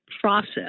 process